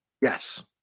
yes